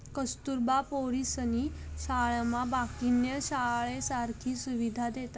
कस्तुरबा पोरीसनी शाळामा बाकीन्या शाळासारखी सुविधा देतस